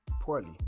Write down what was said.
poorly